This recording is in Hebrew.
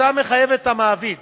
ההצעה מחייבת את המעביד